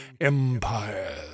empire